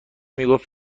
میگفت